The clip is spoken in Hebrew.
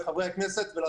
לחברי הכנסת ולשרה,